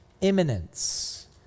imminence